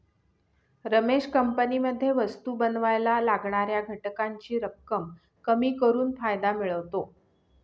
रमेश कंपनीमध्ये वस्तु बनावायला लागणाऱ्या घटकांची रक्कम कमी करून फायदा मिळवतो